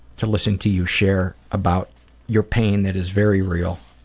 to listen to you share about your pain that is very real,